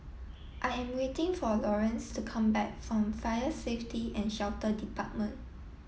I am waiting for Laurence to come back from Fire Safety and Shelter Department